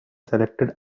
selected